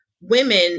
women